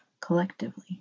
collectively